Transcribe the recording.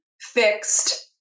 fixed